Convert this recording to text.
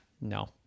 No